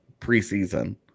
preseason